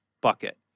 bucket